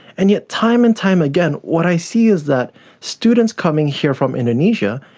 and yet time and time again what i see is that students coming here from indonesia,